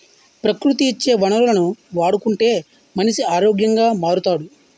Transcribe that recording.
ప్రకృతి ఇచ్చే వనరులను వాడుకుంటే మనిషి ఆరోగ్యంగా మారుతాడు